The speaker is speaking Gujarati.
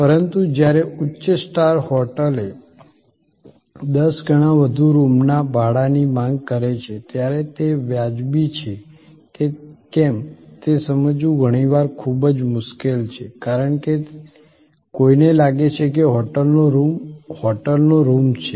પરંતુ જ્યારે ઉચ્ચ સ્ટાર હોટેલ દસ ગણા વધુ રૂમના ભાડાની માંગ કરે છે ત્યારે તે વાજબી છે કે કેમ તે સમજવું ઘણીવાર ખૂબ મુશ્કેલ છે કારણ કે કોઈને લાગે છે કે હોટેલનો રૂમ હોટેલનો રૂમ છે